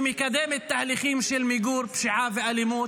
שמקדמת תהליכים של מיגור פשיעה ואלימות,